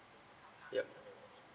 yup